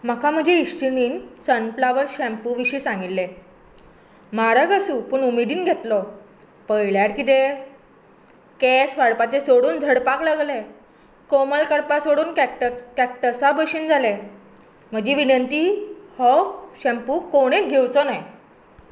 म्हाका म्हजे इश्टीणिन सनफ्लावर शॅपू विशी सांगिल्ले म्हारग आसूं पुण उमेदिन घेतलो पळयल्यार किदे केस वाडपाचे सोडून झडपाक लागले कोमळकाडपा पासून कॅकट कॅकट्सा भशेंन जालें म्हजी विनंती हो शॅपू कोणें घेवचो न्हय